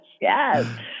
Yes